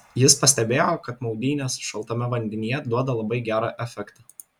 jis pastebėjo kad maudynės šaltame vandenyje duoda labai gerą efektą